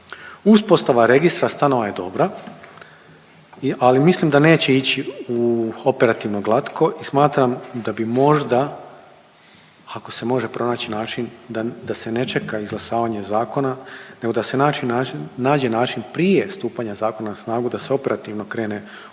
Uspostava registra stanova je dobra, ali mislim da neće ići u, operativno glatko i smatram da bi možda ako se može pronaći način da se ne čeka izglasavanje zakona, nego da se nađe način prije stupanja zakona na snagu da se operativno krene ustrojavati